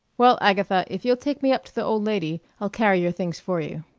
well, agatha, if you'll take me up to the old lady, i'll carry your things for you.